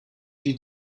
die